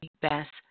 best